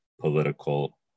political